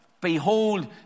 behold